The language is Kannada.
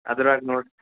ಅದ್ರಾಗ ನೋಡಿ